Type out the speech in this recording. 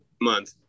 month